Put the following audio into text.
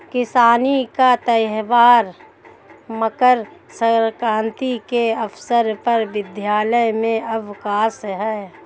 किसानी का त्यौहार मकर सक्रांति के अवसर पर विद्यालय में अवकाश है